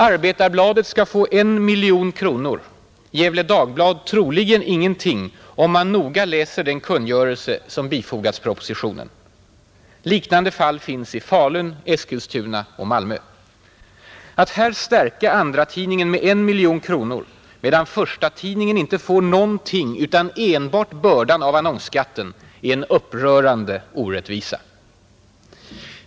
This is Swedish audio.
Arbetarbladet skall få I miljon kronor, Gefle Dagblad troligen ingenting om man noga läser den kungörelse som bifogats propositionen. Liknande fall finns i Falun, Eskilstuna och Malmö. Att här stärka andratidningen med 1 miljon kronor medan förstatidningen inte får någonting utan enbart bördan av annonsskatten är en upprörande orättvisa.